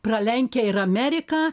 pralenkę ir ameriką